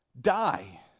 Die